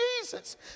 Jesus